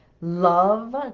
love